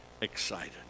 excited